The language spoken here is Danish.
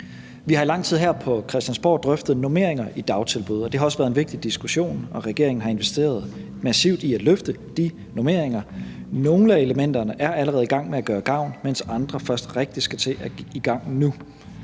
Vi har i lang tid her på Christiansborg drøftet normeringer i dagtilbud, og det har også været en vigtig diskussion, og regeringen har investeret massivt i at løfte de normeringer. Nogle af elementerne er allerede i gang med at gøre gavn, mens andre først rigtigt skal til at gå i gang nu.